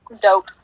Dope